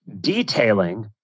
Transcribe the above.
detailing